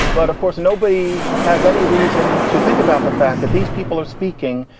but of course, nobody has any reason to think about the fact that these people are speaking.